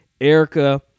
Erica